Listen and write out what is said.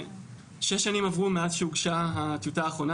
שש שנים עברו מאז שהוגשה הטיוטה האחרונה